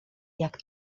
jak